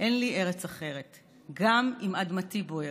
"אין לי ארץ אחרת / גם אם אדמתי בוערת,